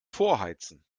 vorheizen